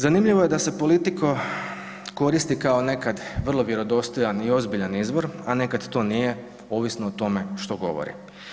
Zanimljivo je da se politikom koristi kao nekad vrlo vjerodostojan i ozbiljan izbor, a nekad to nije, ovisno o tome što govore.